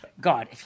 God